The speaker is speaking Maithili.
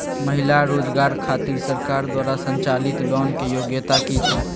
महिला रोजगार खातिर सरकार द्वारा संचालित लोन के योग्यता कि छै?